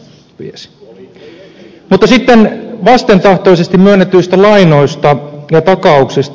mutta sitten vastentahtoisesti myönnetyistä lainoista ja takauksista